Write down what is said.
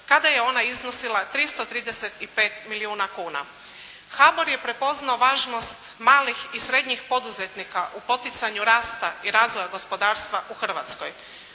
kada je ona iznosila 335 milijuna kuna. HBOR je prepoznao važnost malih i srednjih poduzetnika u poticanju rasta i razvoja gospodarstva u Hrvatskoj.